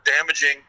damaging